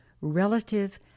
relative